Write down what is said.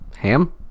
Ham